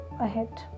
ahead